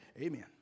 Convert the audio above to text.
Amen